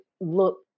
look